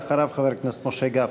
ואחריו, חבר הכנסת משה גפני.